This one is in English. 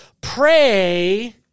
Pray